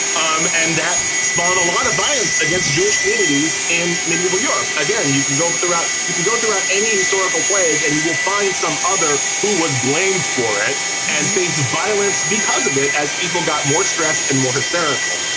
um and that sparked a lot of violence against jewish communities in medieval europe. again, you can go to the roots. you can go to ah any historical plague and you will find some other who was blamed for it and base of violence because of it as people got more stressed and more hysterical.